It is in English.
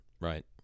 Right